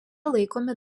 laikomi